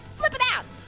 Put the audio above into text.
flipping out.